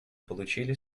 получили